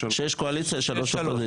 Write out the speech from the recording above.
קואליציה, שלוש אופוזיציה,